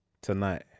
Tonight